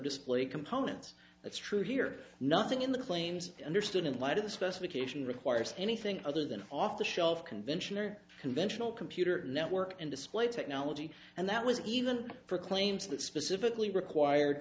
display components that's true here nothing in the claims understood in light of the specification requires anything other than off the shelf convention or conventional computer network and display technology and that was even for claims that specifically required